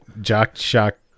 jock-shock